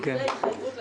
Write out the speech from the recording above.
זה התחייבות לציבור.